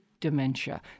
dementia